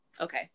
okay